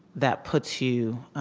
that puts you